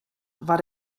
war